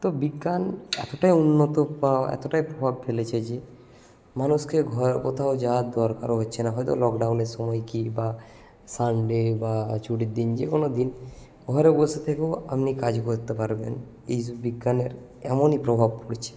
তো বিজ্ঞান এতটাই উন্নত বা এতটাই প্রভাব ফেলেছে যে মানুষকে ঘর কোথাও যাওয়ার দরকারও হচ্ছে না হয়তো লকডাউনের সময় কী বা সানডে বা চুটির দিন যে কোনো দিন ঘরে বসে থেকেও আপনি কাজ করতে পারবেন এইস বিজ্ঞানের এমনই প্রভাব পড়ছে